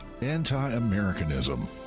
anti-Americanism